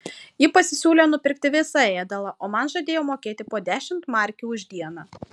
ji pasisiūlė nupirkti visą ėdalą o man žadėjo mokėti po dešimt markių už dieną